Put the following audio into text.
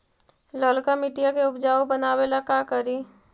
लालका मिट्टियां के उपजाऊ बनावे ला का करी?